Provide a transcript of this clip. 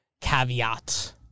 caveat